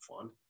fun